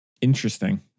Interesting